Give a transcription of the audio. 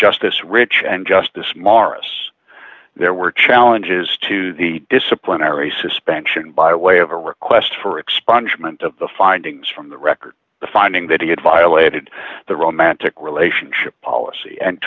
justice rich and justice maurice there were challenges to the disciplinary suspension by way of a request for expungement of the findings from the record the finding that he had violated the romantic relationship policy and